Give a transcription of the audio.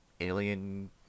alien